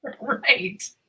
Right